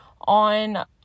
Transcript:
On